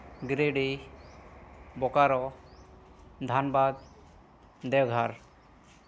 Giridih Bokaro Dhanbad Deoghar